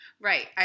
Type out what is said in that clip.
Right